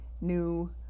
new